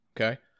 okay